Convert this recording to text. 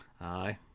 Aye